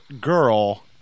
girl